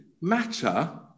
matter